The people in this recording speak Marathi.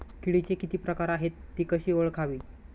किडीचे किती प्रकार आहेत? ति कशी ओळखावी?